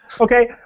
Okay